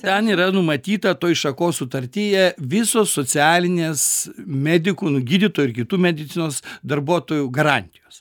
ten yra numatyta toj šakos sutartyje visos socialinės medikų nu gydytojų ir kitų medicinos darbuotojų garantijos